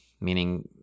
meaning